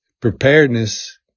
preparedness